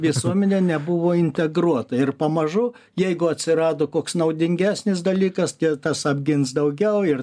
visuomenė nebuvo integruota ir pamažu jeigu atsirado koks naudingesnis dalykas tie tas apgins daugiau ir